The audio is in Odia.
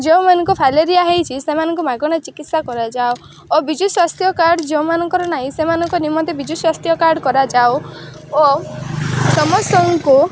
ଯେଉଁମାନଙ୍କୁ ଫାଲେରିଆ ହେଇଛି ସେମାନଙ୍କୁ ମାଗଣା ଚିକିତ୍ସା କରାଯାଉ ଓ ବିଜୁ ସ୍ୱାସ୍ଥ୍ୟ କାର୍ଡ଼ ଯେଉଁମାନଙ୍କର ନାହିଁ ସେମାନଙ୍କୁ ନିମନ୍ତେ ବିଜୁ ସ୍ୱାସ୍ଥ୍ୟ କାର୍ଡ଼ କରାଯାଉ ଓ ସମସ୍ତଙ୍କୁ